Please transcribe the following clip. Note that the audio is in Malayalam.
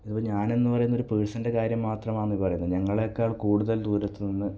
ഇതിപ്പം ഞാൻ ഇന്ന് പറയുന്ന ഒരു പേഴ്സൻ്റെ കാര്യം മാത്രമാന്ന് പറയുന്നില്ല ഞങ്ങളെക്കാൾ കൂടുതൽ ദൂരത്ത് നിന്ന്